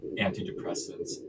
antidepressants